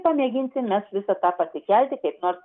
pamėginsim mes visą tą pasikelti kaip nors